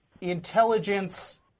intelligence